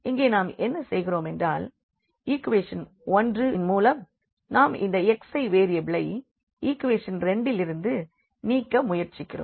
இங்கே நாம் என்ன செய்கிறோமென்றால் ஈக்குவேஷன் எண் 1 ன் மூலம் நாம் இந்த x1வேரியபிளை ஈக்குவேஷன் 2 இலிருந்து நீக்க முயற்சிக்கிறோம்